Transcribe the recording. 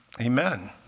Amen